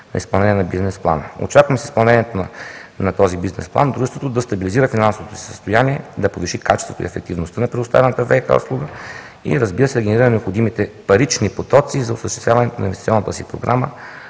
на изпълнение на бизнес-плана. Очакваме с изпълнението на този бизнес-план Дружеството да стабилизира финансовото си състояние и да повиши качеството и ефективността на предоставената ВиК услуга и, разбира се, да генерира необходимите парични потоци за осъществяване на инвестиционната си програма,